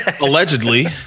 Allegedly